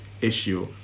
issue